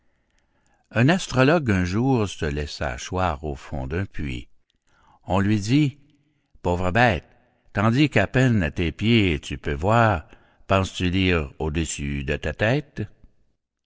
un astrologue un jour se laissa choir au fond d'un puits on lui dit pauvre bête tandis qu'à peine à tes pieds tu peux voir penses-tu lire au-dessus de la tête